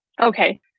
Okay